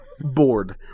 bored